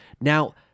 Now